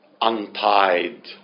untied